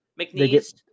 McNeese